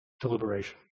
deliberation